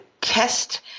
test